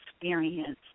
Experience